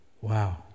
wow